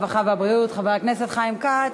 הרווחה והבריאות חבר הכנסת חיים כץ.